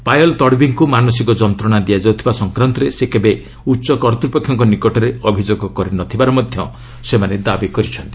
ପାୟଲ୍ ତଡ୍ବୀକୃ ମାନସିକ ଯନ୍ତ୍ରଣା ଦିଆଯାଉଥିବା ସଂକ୍ରାନ୍ତରେ ସେ କେବେ ଉଚ୍ଚ କର୍ତ୍ତ୍ୱପକ୍ଷଙ୍କ ନିକଟରେ ଅଭିଯୋଗ କରି ନ ଥିବାର ମଧ୍ୟ ସେମାନେ ଦାବି କରିଛନ୍ତି